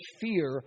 fear